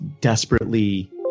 desperately